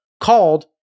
called